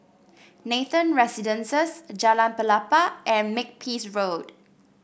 Nathan Residences Jalan Pelepah and Makepeace Road